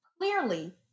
Clearly